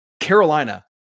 Carolina